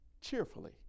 cheerfully